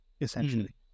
essentially